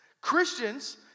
Christians